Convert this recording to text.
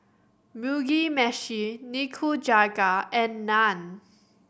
Mugi Meshi Nikujaga and Naan